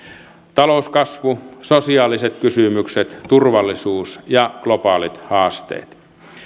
talouskasvu sosiaaliset kysymykset turvallisuus ja globaalit haasteet